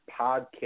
Podcast